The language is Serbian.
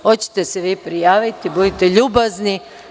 Hoćete se vi prijaviti, budite ljubazni.